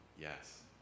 Yes